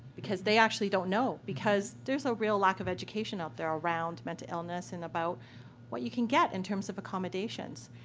because they actually don't know because there's a real lack of education out there around mental illness and about what you can get in terms of accommodations.